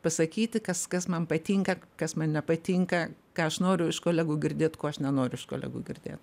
pasakyti kas kas man patinka kas man nepatinka ką aš noriu iš kolegų girdėt ko aš nenoriu iš kolegų girdėt